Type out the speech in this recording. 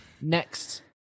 Next